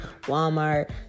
Walmart